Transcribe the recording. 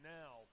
now